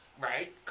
Right